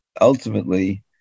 Ultimately